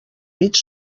mig